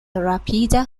rapida